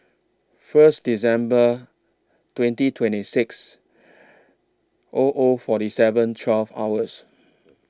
First December twenty twenty six O O forty seven twelve hours